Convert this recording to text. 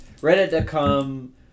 Reddit.com